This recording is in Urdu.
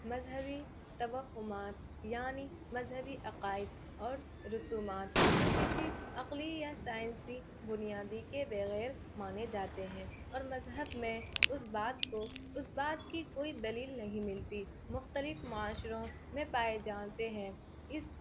مذہبی توہمات یعنی مذہبی عقائد اور رسومات جو کسی عقلی یا سائنسی بنیادی کے بغیر مانے جاتے ہیں اور مذہب میں اس بات کو اس بات کی کوئی دلیل نہیں ملتی مختلف معاشروں میں پائے جانتے ہیں اس